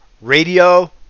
radio